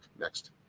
Next